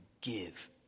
give